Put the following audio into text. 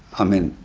i mean,